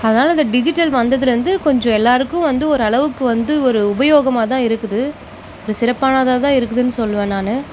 அதனால இந்த டிஜிட்டல் வந்ததில் இருந்து கொஞ்சம் எல்லாருக்கும் வந்து ஒரு அளவுக்கு வந்து ஒரு உபயோகமாக தான் இருக்குது இது சிறப்பானதாக தான் இருக்குதுனு சொல்லுவேன் நான்